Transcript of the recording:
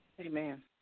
amen